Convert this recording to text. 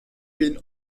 bin